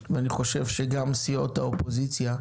פה ספציפית בפרק של ענף